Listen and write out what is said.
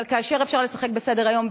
אבל כאשר אפשר לשחק בסדר-היום,